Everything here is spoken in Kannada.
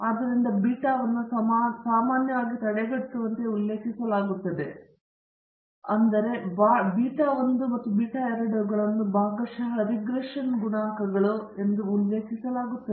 ಆದ್ದರಿಂದ ಬೀಟಾವನ್ನು ಸಾಮಾನ್ಯವಾಗಿ ತಡೆಗಟ್ಟುವಂತೆ ಉಲ್ಲೇಖಿಸಲಾಗುತ್ತದೆ ಆದರೆ ಬೀಟಾ 1 ಮತ್ತು ಬೀಟಾ 2 ಗಳನ್ನು ಭಾಗಶಃ ರಿಗ್ರೆಷನ್ ಗುಣಾಂಕಗಳು ಎಂದು ಉಲ್ಲೇಖಿಸಲಾಗುತ್ತದೆ